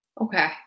Okay